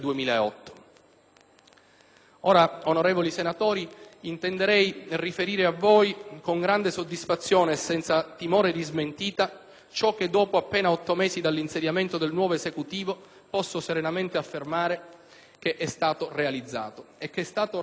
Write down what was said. Onorevoli senatori, intenderei ora riferire a voi, con grande soddisfazione, e senza timore di smentita, ciò che, dopo appena otto mesi dall'insediamento del nuovo Esecutivo, posso serenamente affermare che è stato realizzato